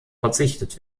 verzichtet